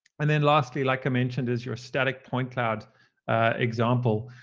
and then lastly, like i mentioned, is your static point cloud example,